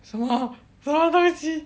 什么什么东西